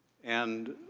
and,